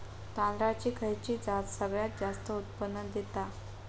तांदळाची खयची जात सगळयात जास्त उत्पन्न दिता?